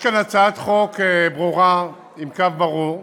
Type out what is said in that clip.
הצעת חוק ברורה, עם קו ברור,